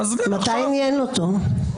מתי עניין אותו?